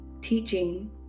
teaching